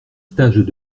stages